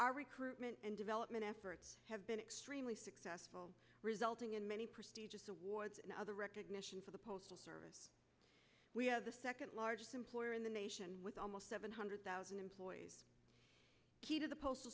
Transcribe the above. our recruitment and development efforts have been extremely successful resulting in many prestigious awards and other recognition for the postal service we have the second largest employer in the nation with almost seven hundred thousand employees key to the postal